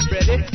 Ready